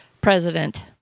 president